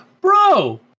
bro